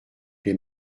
les